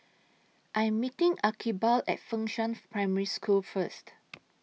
I Am meeting Archibald At Fengshan Primary School First